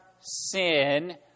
sin